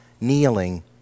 kneeling